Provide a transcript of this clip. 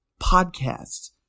podcasts